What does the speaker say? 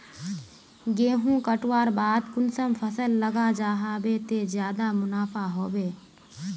गेंहू कटवार बाद कुंसम फसल लगा जाहा बे ते ज्यादा मुनाफा होबे बे?